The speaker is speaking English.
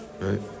Right